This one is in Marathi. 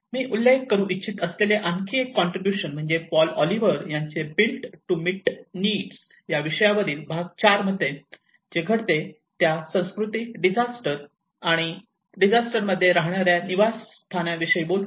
मी उल्लेख करू इच्छित असलेले आणखी एक कॉन्ट्रीब्युशन म्हणजे पॉल ऑलिव्हर यांचे "बिल्ट टू मीट नीड्स" या विषयावरील भाग 4 मध्ये जे घडते त्या संस्कृती डिझास्टर आणि डिझास्टर मध्ये राहणाऱ्या निवासस्थानाविषयी बोलले